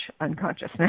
unconsciousness